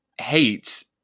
hate